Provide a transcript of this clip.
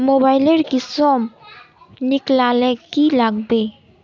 Mobile लेर किसम निकलाले की लागबे?